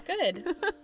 Good